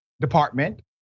department